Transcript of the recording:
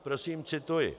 Prosím, cituji: